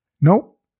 Nope